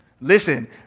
Listen